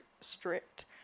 strict